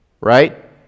Right